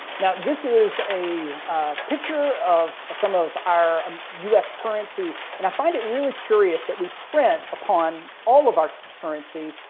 now this is a picture of some of our um us currency and i find it really curious that we print upon all of our currency,